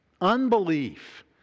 unbelief